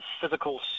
physical